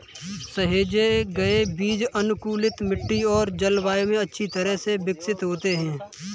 सहेजे गए बीज अनुकूलित मिट्टी और जलवायु में अच्छी तरह से विकसित होते हैं